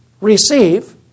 receive